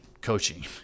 coaching